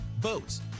boats